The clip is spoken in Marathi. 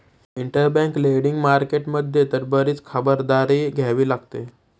इंटरबँक लेंडिंग मार्केट मध्ये तर बरीच खबरदारी घ्यावी लागते